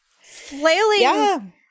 flailing